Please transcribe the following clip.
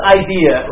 idea